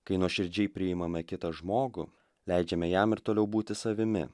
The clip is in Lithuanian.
kai nuoširdžiai priimame kitą žmogų leidžiame jam ir toliau būti savimi